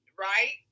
Right